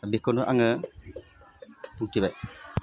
बेखौनो आङो बुंथिबाय